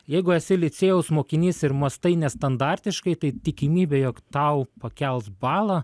jeigu esi licėjaus mokinys ir mąstai nestandartiškai tai tikimybė jog tau pakels balą